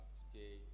today